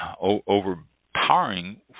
overpowering